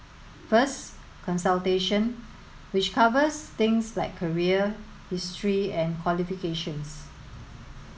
first consultation which covers things like career history and qualifications